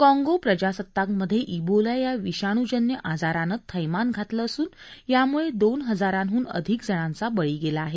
काँगो प्रजासत्ताक मध्ये इबोला या विषाणूजन्य आजारानं थैमान घातलं असून असून यामुळे दोन हजारांहून अधिक जणांचा बळी गेला आहे